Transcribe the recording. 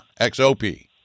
XOP